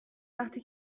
وقتی